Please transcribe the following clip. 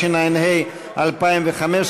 התשע"ה 2015,